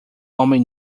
homem